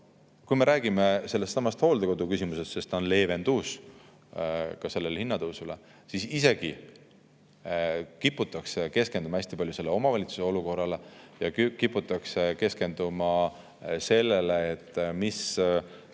Kui me räägime sellestsamast hooldekoduküsimusest, sest see on leevendus ka hinnatõusule, siis kiputakse keskenduma hästi palju omavalitsuse olukorrale, kiputakse keskenduma sellele, miks